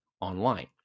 online